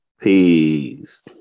Peace